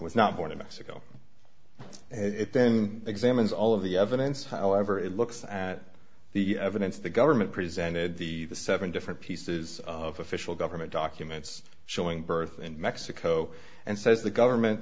was not born in mexico it then examines all of the evidence however it looks at the evidence the government presented the seven different pieces of official government documents showing birth in mexico and says the government